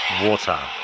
Water